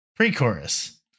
Pre-chorus